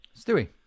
Stewie